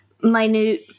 minute